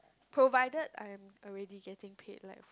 provided I'm already getting paid like for